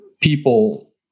people